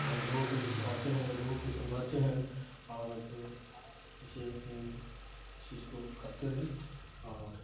اور لوگوں کو بھی سکھاتے ہیں لوگوں کو سمجھاتے ہیں اور اپنی اسے اپنی اس چیز کو کرتے رہیں اور